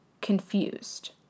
confused